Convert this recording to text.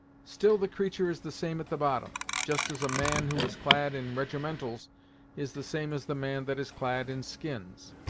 still the creatur' is the same at the bottom just as a man who is clad in regimentals is the same as the man that is clad in skins.